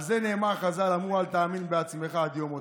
על זה חז"ל אמרו: אל תאמין בעצמך עד יום מותך.